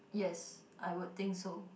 yes I would think so